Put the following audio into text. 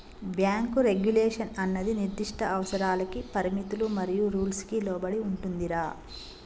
bank regulation అన్నది నిర్దిష్ట అవసరాలకి పరిమితులు మరియు రూల్స్ కి లోబడి ఉంటుందిరా